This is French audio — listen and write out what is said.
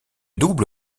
double